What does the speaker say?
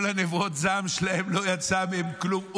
כל נבואות הזעם שלהם, לא יצא מהן כלום.